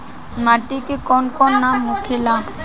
माटी के कौन कौन नाम होखेला?